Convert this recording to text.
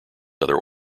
other